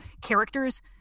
characters